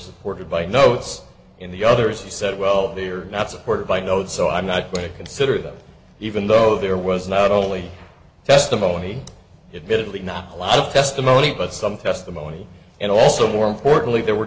supported by notes in the others he said well they are not supported by notes so i'm not going to consider them even though there was not only testimony it minutely not a lot of testimony but some testimony and also more importantly there were